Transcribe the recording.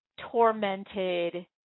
Tormented